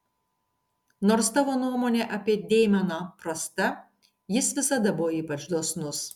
nors tavo nuomonė apie deimeną prasta jis visada buvo ypač dosnus